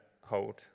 hold